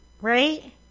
Right